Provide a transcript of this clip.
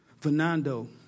Fernando